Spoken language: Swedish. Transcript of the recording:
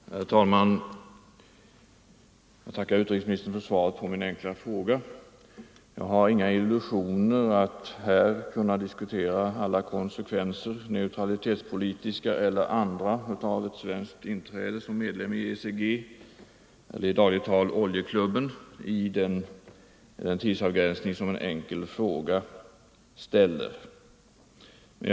Herr talman! Jag tackar utrikesministern för svaret på min enkla fråga. Jag har med hänsyn till den tidsbegränsning som gäller för en frågedebatt inga illusioner om att kunna diskutera alla konsekvenser — neutralitetspolitiska eller andra — av ett svenskt inträde som medlem i ECG, i dagligt tal kallad oljeklubben.